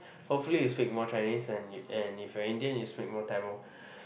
hopefully you speak more Chinese and and if you're Indian you speak more Tamil